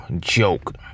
joke